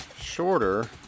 shorter